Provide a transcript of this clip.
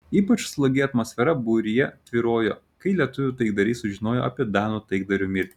ypač slogi atmosfera būryje tvyrojo kai lietuvių taikdariai sužinojo apie danų taikdario mirtį